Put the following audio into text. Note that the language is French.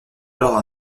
alors